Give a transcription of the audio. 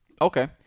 Okay